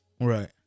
Right